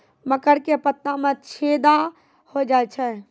मकर के पत्ता मां छेदा हो जाए छै?